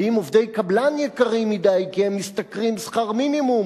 ואם עובדי קבלן יקרים מדי כי הם משתכרים שכר מינימום,